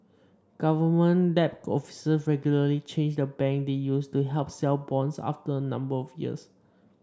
government debt officer regularly change the banks they use to help sell bonds after a number of years